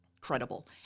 credible